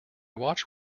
watch